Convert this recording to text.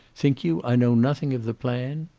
think you i know nothing of the plan?